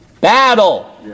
battle